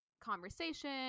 conversation